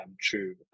true